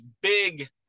big